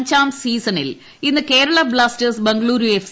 അഞ്ചാം സീസണിൽ ഇന്ന് കേരള ബ്ലാസ്റ്റേഴ്സ് ബംഗളൂരു എഫ്